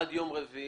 עד יום רביעי